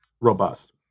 robust